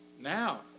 now